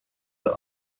the